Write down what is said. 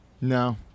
No